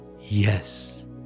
yes